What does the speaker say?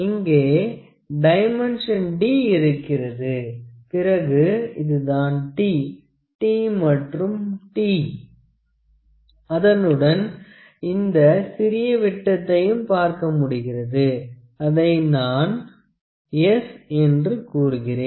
இங்கே dimension d இருக்கிறது பிறகு இதுதான் t T மற்றும் t' அதனுடன் இந்த சிறிய விட்டத்தையும் பார்க்க முடிகிறது அதை நான் s என்று கூறுகிறேன்